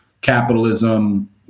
capitalism